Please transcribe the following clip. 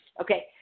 Okay